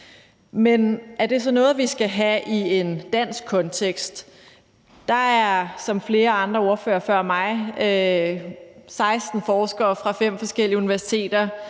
Men er det så noget, vi skal have i en dansk kontekst? Der er, som flere andre ordførere før mig også har nævnt, 16 forskere fra fem forskellige universiteter